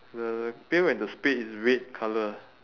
the pail and the spade is red colour